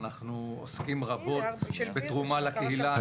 אנחנו עוסקים רבות בתרומה לקהילה.